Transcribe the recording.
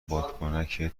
بادکنکت